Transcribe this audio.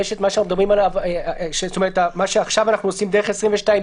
יש את מה שעכשיו אנחנו עושים דרך 22ג,